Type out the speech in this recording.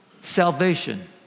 Salvation